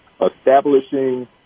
establishing